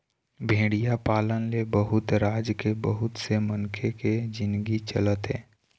भेड़िया पालन ले बहुत राज के बहुत से मनखे के जिनगी चलत हे